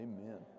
Amen